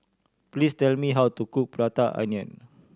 please tell me how to cook Prata Onion